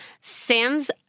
Sam's